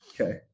Okay